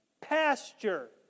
pasture